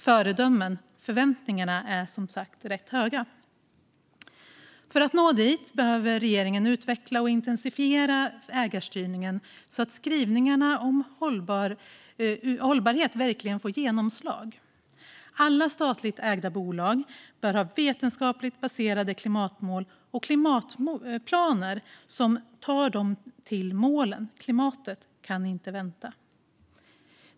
Föredömen - förväntningarna är som sagt med rätta höga. För att nå dit behöver regeringen utveckla och intensifiera ägarstyrningen så att skrivningarna om hållbarhet verkligen får genomslag. Alla statligt ägda bolag bör ha vetenskapligt baserade klimatmål och klimatplaner som tar dem till målen. Klimatet kan inte vänta.